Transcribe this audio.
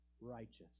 Righteous